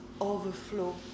overflow